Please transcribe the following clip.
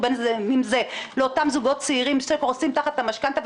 ובין אם זה לאותם זוגות צעירים שקורסים תחת המשכנתא,